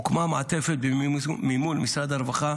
הוקמה מעטפת במימון משרד הרווחה,